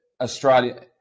Australia